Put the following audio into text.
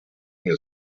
mil